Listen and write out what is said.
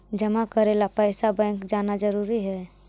जमा करे ला पैसा बैंक जाना जरूरी है?